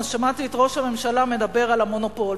אז שמעתי את ראש הממשלה מדבר על המונופול,